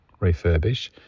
refurbish